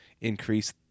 increase